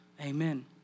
amen